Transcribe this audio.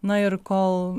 na ir kol